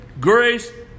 grace